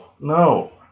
no